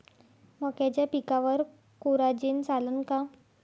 मक्याच्या पिकावर कोराजेन चालन का?